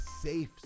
safe